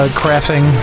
crafting